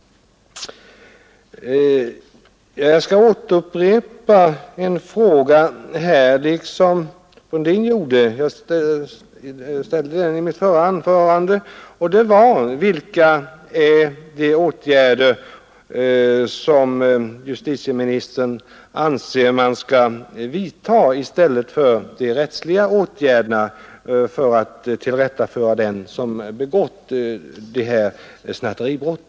Jag skall liksom herr Brundin upprepa en fråga som jag ställde i mitt förra anförande, nämligen vilka åtgärder justitieministern anser att man skall vidta i stället för de rättsliga för att tillrättaföra dem som begått snatteribrott.